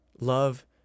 Love